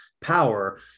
power